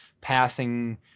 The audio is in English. passing